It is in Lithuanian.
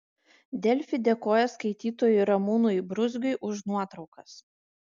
delfi dėkoja skaitytojui ramūnui bruzgiui už nuotraukas